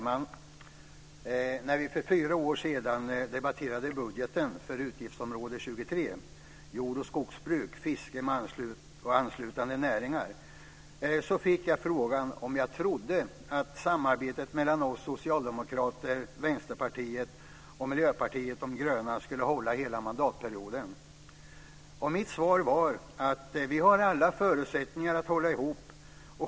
Fru talman! När vi för fyra år sedan debatterade budgeten för utgiftsområde 23 Jord-och skogsbruk, fiske och anslutande näringar fick jag frågan om jag trodde att samarbetet mellan oss socialdemokrater, Vänsterpartiet och Miljöpartiet de gröna skulle hålla hela mandatperioden ut. Mitt svar var att vi hade alla förutsättningar att hålla ihop.